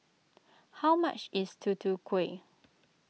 how much is Tutu Kueh